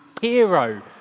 hero